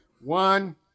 one